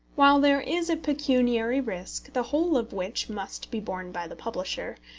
while there is a pecuniary risk, the whole of which must be borne by the publisher,